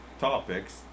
topics